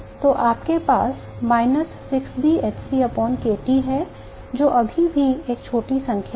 तो आपके पास minus 6B h c k T है जो अभी भी एक छोटी संख्या है